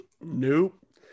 Nope